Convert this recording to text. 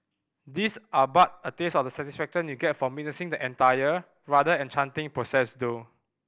these are but a taste of the satisfaction you'll get from witnessing the entire rather enchanting process though